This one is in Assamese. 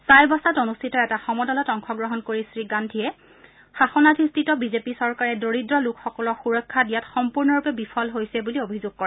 চাইবাচাত অনুষ্ঠিত এটা সমদলত অংশগ্ৰহণ কৰি শ্ৰীগান্ধীয়ে শাসনাধিষ্ঠ বিজেপি চৰকাৰে দৰিদ্ৰ লোকসকলক সুৰক্ষা দিয়াত সম্পূৰ্ণৰূপে বিফল হৈছে বুলি আৰোপ লগায়